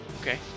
okay